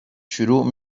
شروع